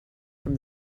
from